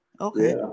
okay